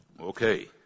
Okay